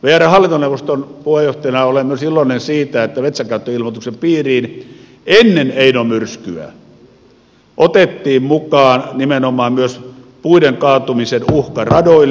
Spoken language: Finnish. vrn hallintoneuvoston puheenjohtajana olen myös iloinen siitä että metsänkäyttöilmoituksen piiriin ennen eino myrskyä otettiin mukaan nimenomaan myös puiden kaatumisen uhka radoille